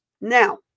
Now